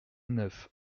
neuf